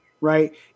right